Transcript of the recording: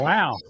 Wow